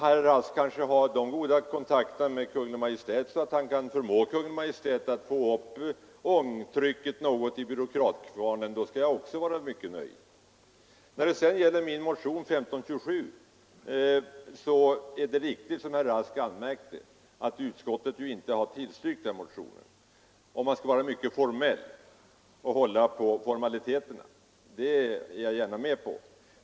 Herr Rask har kanske så goda kontakter med Kungl. Maj:t att han kan förmå Kungl. Maj:t att få upp ångtrycket något i byråkratkvarnen? I så fall skall jag vara mycket nöjd. I vad sedan gäller min motion 1527 är det riktigt som herr Rask anmärkte, att utskottet inte har tillstyrkt den, om man skall vara mycket formell. Det är jag gärna med på.